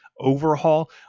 overhaul